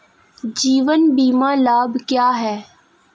जीवन बीमा लाभ क्या हैं?